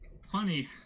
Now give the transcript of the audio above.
funny